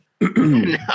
No